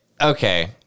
okay